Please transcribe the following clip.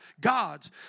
gods